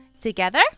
Together